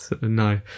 No